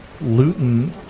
Luton